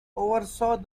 oversaw